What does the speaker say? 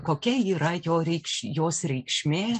kokia yra jo reikš jos reikšmė